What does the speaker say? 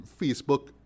Facebook